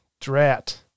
Drat